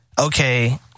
okay